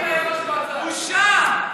בושה.